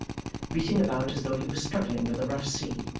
beating about as though he was struggling with a rough sea.